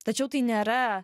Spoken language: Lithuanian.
tačiau tai nėra